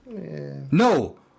No